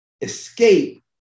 escape